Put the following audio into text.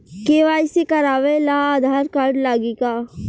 KYC करावे ला Aadhaar card लागी का?